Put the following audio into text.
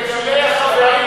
לגבי החברים,